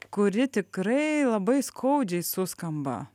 kuri tikrai labai skaudžiai suskamba